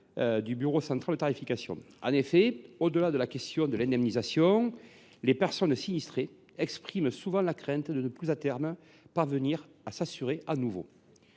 du bureau central de tarification (BCT). Au delà de la question de l’indemnisation, les personnes sinistrées expriment souvent la crainte de ne plus parvenir, à terme, à s’assurer de nouveau.